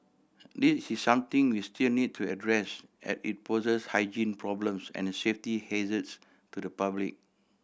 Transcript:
this is something we still need to address as it poses hygiene problems and safety hazards to the public